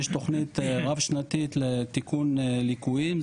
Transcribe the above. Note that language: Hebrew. יש תוכנית רב שנתית לתיקון ליקויים,